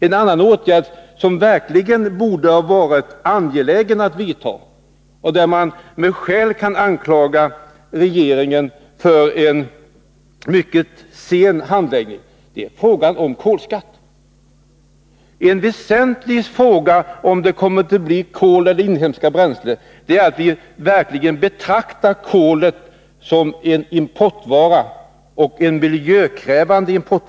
En annan viktig fråga, där regeringen borde ha varit angelägen om att vidta åtgärder och där man med skäl kan anklaga regeringen för en mycket sen handläggning, är frågan om kolskatt. Väsentligt för om råvaran kommer att bli kol eller inhemska bränslen är att vi verkligen betraktar kolet som en importvara och en miljökrävande sådan.